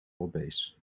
obees